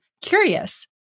CURIOUS